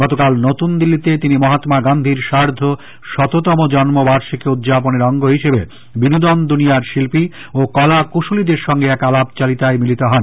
গতকাল নতুন দিল্লিতে তিনি মহাল্মা গান্ধীর সার্ধ শততম জন্ম বার্ষিকী উদযাপনের অঙ্গ হিসেবে বিনোদন দুনিয়ার শিল্পী ও কলাকুশলীদের সঙ্গে এক আলাপচারিতায় মিলিত হন